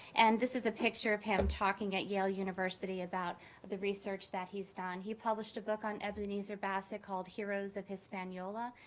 and this is a picture of him talking at yale university about the research that he's done. he published a book on ebenezer bassett called heroes of hispanola,